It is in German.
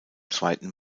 zweiten